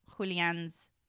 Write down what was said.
Julian's